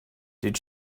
did